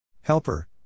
Helper